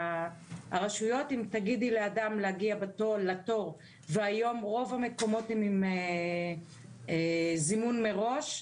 אם תגידי לאדם להגיע לתור והיום רוב המקומות הם עם זימון מראש,